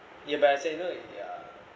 ya but I say no you ya